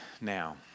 now